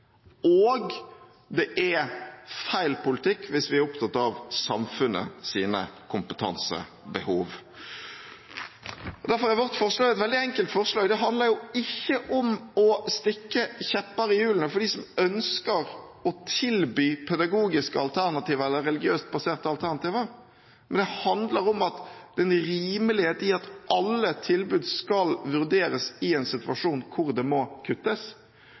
og det er feil politikk hvis vi er opptatt at samfunnets kompetansebehov. Derfor er vårt forslag et veldig enkelt forslag. Det handler ikke om å stikke kjepper i hjulene for dem som ønsker å tilby pedagogiske eller religiøst baserte alternativer, det handler om den rimelighet at alle tilbud skal vurderes i en situasjon hvor det må kuttes.